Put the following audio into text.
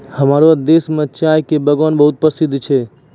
हमरो देश मॅ चाय के बागान बहुत प्रसिद्ध छै